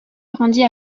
grandit